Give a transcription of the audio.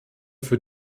für